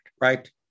right